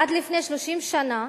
עד לפני 30 שנה,